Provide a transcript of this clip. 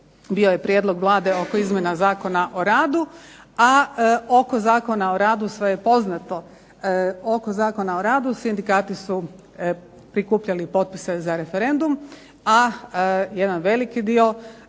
bio prijedlog Vlade oko izmjena zakona o radu, a oko Zakona o radu sve je poznato. Oko Zakona o radu sindikati su prikupljali potpise za referendum, a jedan veliki dio